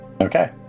Okay